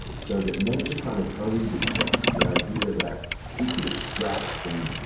ah so that nature kind of owns itself, the idea that it can extract from,